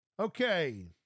Okay